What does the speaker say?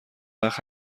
وقت